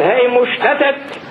היא שלא נופתע